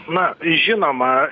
na žinoma